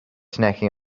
snacking